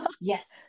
Yes